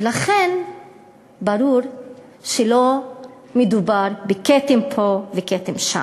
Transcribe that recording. ולכן ברור שלא מדובר בכתם פה וכתם שם.